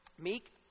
meek